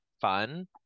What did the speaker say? fun